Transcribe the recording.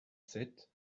sept